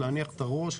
להניח את הראש,